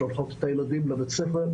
שולחות את הילדים לבית הספר,